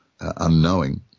unknowing